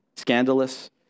scandalous